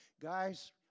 guys